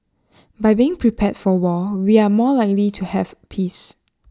by being prepared for war we are more likely to have peace